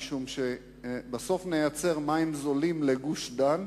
משום שבסוף נייצר מים זולים לגוש-דן,